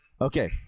Okay